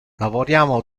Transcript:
lavoriamo